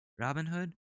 Robinhood